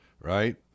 right